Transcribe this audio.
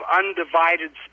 undivided